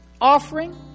offering